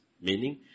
Meaning